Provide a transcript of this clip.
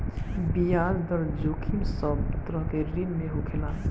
बियाज दर जोखिम सब तरह के ऋण में होखेला